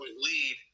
lead